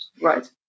Right